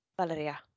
Valeria